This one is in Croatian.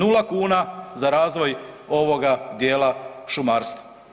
0 kuna za razvoj ovog dijela šumarstva.